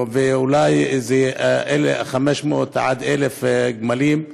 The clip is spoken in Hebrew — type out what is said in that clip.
ואולי 500 עד 1,000 גמלים.